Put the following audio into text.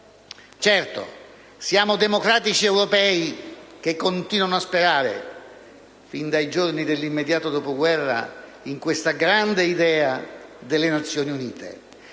Certo, siamo democratici europei che continuano a sperare, fin dai giorni dell'immediato dopoguerra, in questa grande idea delle Nazioni Unite,